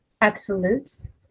absolutes